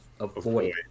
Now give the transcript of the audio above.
avoid